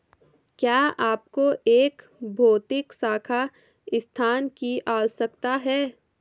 क्या आपको एक भौतिक शाखा स्थान की आवश्यकता है?